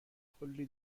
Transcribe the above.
کلی